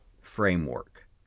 framework